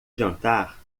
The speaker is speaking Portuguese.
jantar